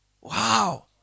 Wow